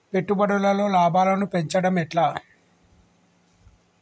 పెట్టుబడులలో లాభాలను పెంచడం ఎట్లా?